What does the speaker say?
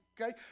Okay